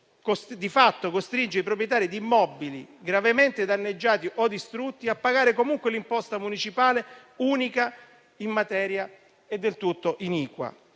costringe i proprietari di immobili gravemente danneggiati o distrutti a pagare comunque l'imposta municipale unica, in maniera del tutto iniqua.